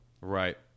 Right